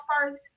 first